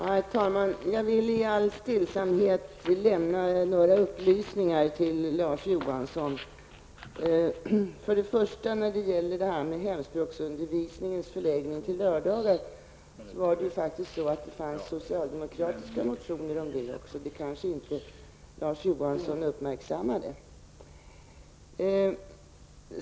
Herr talman! Jag vill i all stillsamhet lämna några upplysningar till Larz Johansson. När det gäller hemspråksundervisningens förläggning till lördagar har det också väckts socialdemokratiska motioner om detta. Det har kanske inte Larz Johansson uppmärksammat.